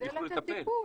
כדי לתת טיפול.